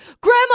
Grandma